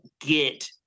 get